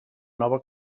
nova